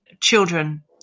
children